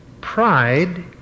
Pride